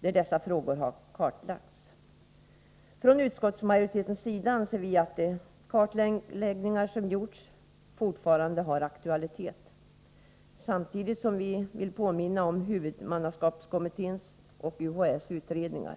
där dessa frågor har kartlagts. Utskottsmajoriteten anser att de kartläggningar som gjorts fortfarande har aktualitet, samtidigt som vi påminner om huvudmannaskapskommitténs och UHÄ:s utredningar.